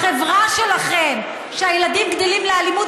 בחברה שלכם, שהילדים גדלים לאלימות?